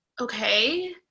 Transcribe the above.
okay